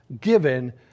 given